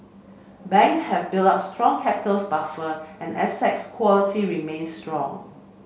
bank have built up strong capital buffer and assets quality remain strong